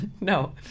no